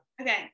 Okay